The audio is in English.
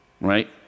right